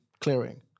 clearing